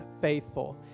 faithful